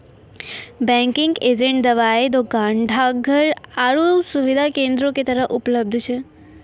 banking agent दबाइ दोकान, डाकघर आरु सुविधा केन्द्रो के तरह उपलब्ध छै